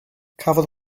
cafodd